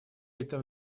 этом